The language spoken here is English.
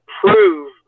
prove